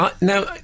Now